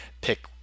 pick